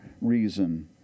reason